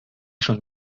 schon